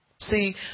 See